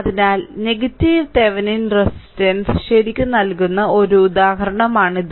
അതിനാൽ negative Thevenin resistance ശരിക്ക് നൽകുന്ന ഒരു ഉദാഹരണമാണിത്